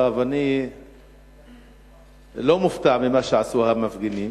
אני לא מופתע ממה שעשו המפגינים